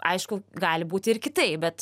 aišku gali būti ir kitaip bet